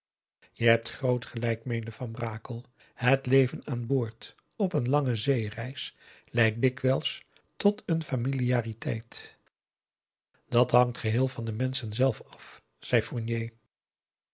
je hebt groot gelijk meende van brakel het leven aan boord op een lange zeereis leidt dikwijls tot n familiariteit dat hangt geheel van de menschen zelf af zei